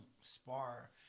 spar